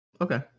Okay